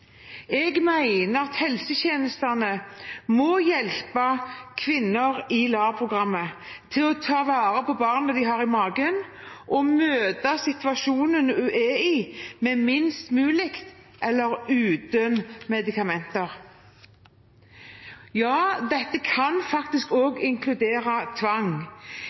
Jeg mener at helsetjenestene må hjelpe kvinner i LAR-programmet til å ta vare på barnet de har i magen, og møte situasjonen de er i, med minst mulig eller uten medikamenter. Ja, dette kan faktisk også inkludere tvang.